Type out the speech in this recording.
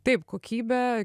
taip kokybė